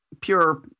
pure